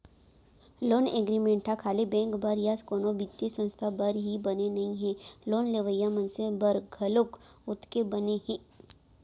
loan agreement ह खाली bank बर या कोनो बित्तीय संस्था बर ही बने नइ हे लोन लेवइया मनसे बर घलोक ओतके बने हे